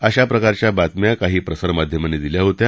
अशा प्रकारच्या बातम्या काही प्रसार माध्यमांनी दिल्या होत्या